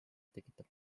tekitab